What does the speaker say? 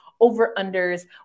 over-unders